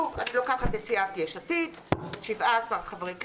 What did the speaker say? אני לוקחת את סיעת יש עתיד, 17 חברי כנסת,